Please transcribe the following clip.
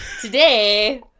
today